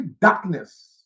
darkness